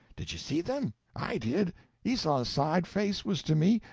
did you see them i did esau's side face was to me,